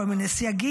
כל מיני סייגים.